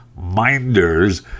minders